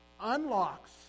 unlocks